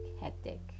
hectic